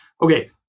okay